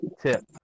Tip